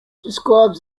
describes